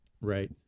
Right